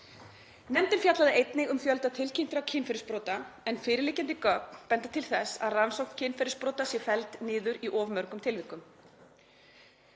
Nefndin fjallaði einnig um fjölda tilkynntra kynferðisbrota en fyrirliggjandi gögn benda til þess að rannsókn kynferðisbrota sé felld niður í of mörgum tilvikum.